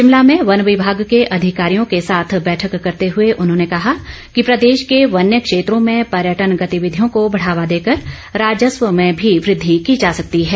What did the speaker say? शिमला में वन विभाग के अधिकारियों के साथ बैठक करते हुए उन्होंने कहा कि प्रदेश के वन्य क्षेत्रों में पर्यटन गतिविधियों को बढ़ावा देकर राजस्व में भी वृद्धि की जा सकती है